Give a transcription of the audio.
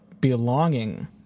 Belonging